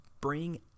bring